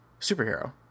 superhero